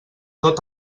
tot